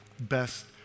best